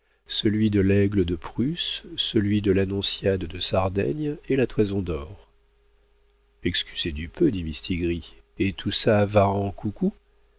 celui de l'aigle de prusse celui de l'annonciade de sardaigne et la toison dor excusez du peu dit mistigris et tout ça va